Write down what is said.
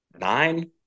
nine